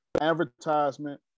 advertisement